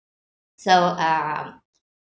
so um